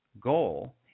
goal